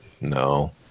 No